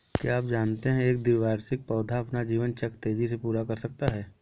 क्या आप जानते है एक द्विवार्षिक पौधा अपना जीवन चक्र तेजी से पूरा कर सकता है?